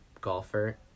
golfer